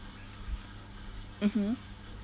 mmhmm